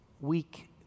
Weak